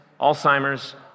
Alzheimer's